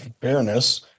fairness